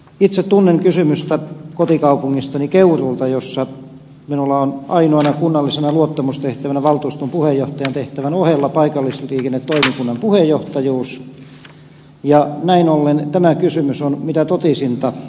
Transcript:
itse tunnen kysymystä kotikaupungistani keuruulta jossa minulla on ainoana kunnallisena luottamustehtävänä valtuuston puheenjohtajan tehtävän ohella paikallisliikennetoimikunnan puheenjohtajuus ja näin ollen tämä kysymys on mitä totisinta totta